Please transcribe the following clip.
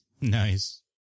Nice